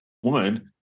one